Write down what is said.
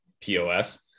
POS